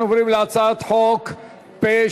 אנחנו עוברים להצעת חוק פ/2230,